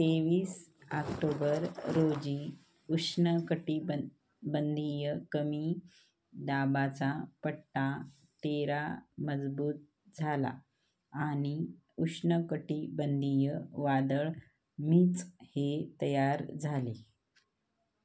तेवीस आक्टोबर रोजी उष्णकटिबंधीय कमी दाबाचा पट्टा तेरा मजबूत झाला आणि उष्णकटिबंधीय वादळ मीच हे तयार झाले